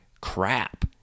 crap